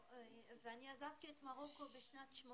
אבל אנחנו עובדים יד ביד עם רשות האוכלוסין.